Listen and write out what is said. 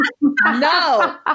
No